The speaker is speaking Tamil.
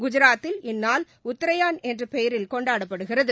குஜராத்தில் இந்நாள் உத்தராயன் என்றபெயரில் கொண்டாடப்படுகிறது